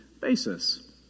basis